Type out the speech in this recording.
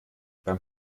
beim